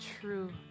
true